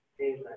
Amen